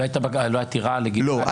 לא הייתה עתירה --- לא.